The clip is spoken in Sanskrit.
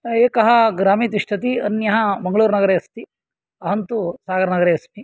एकः ग्रामे तिष्ठति अन्यः मङ्गलोर्नगरे अस्ति अहं तु सागर्नगरे अस्मि